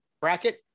bracket